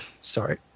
Sorry